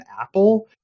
apple